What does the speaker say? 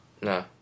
No